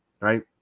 right